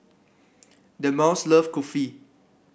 Delmas love Kulfi